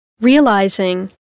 realizing